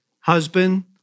husband